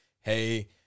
Hey